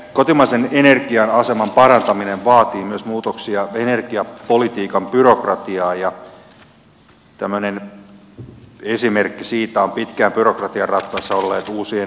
kotimaisen energian aseman parantaminen vaatii myös muutoksia energiapolitiikan byrokratiaan ja tämmöinen esimerkki siitä on pitkään byrokratian rattaissa olleet uusien turvesoiden luvat